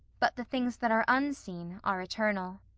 but the things that are unseen are eternal.